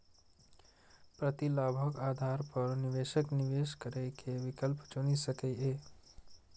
प्रतिलाभक आधार पर निवेशक निवेश करै के विकल्प चुनि सकैए